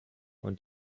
und